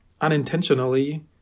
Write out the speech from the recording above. unintentionally